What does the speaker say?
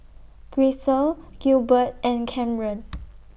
Grisel Gilbert and Camren